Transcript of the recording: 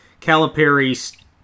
Calipari's